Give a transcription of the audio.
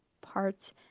parts